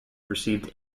received